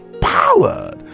powered